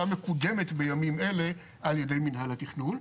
מקודמת בימים אלה על ידי מינהל התכנון.